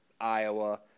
Iowa